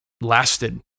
lasted